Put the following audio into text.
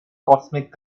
cosmic